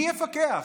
מי יפקח?